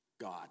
God